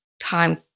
time